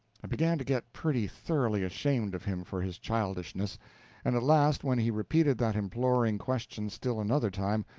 i began to get pretty thoroughly ashamed of him for his childishness and at last, when he repeated that imploring question still another time,